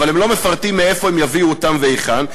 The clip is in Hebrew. אבל הם לא מפרטים מאיפה הם יביאו אותם ולהיכן.